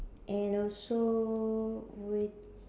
and also wait